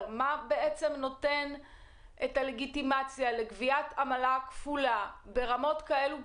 אז מה בעצם נותן את הלגיטימציה לגביית עמלה כפולה ברמות כאלה גבוהות?